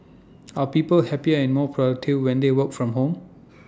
are people happier and more productive when they work from home